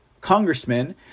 congressman